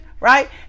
Right